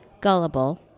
gullible